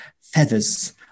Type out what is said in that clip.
feathers